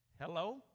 Hello